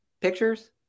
pictures